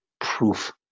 proof